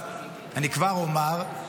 אני כבר אומר,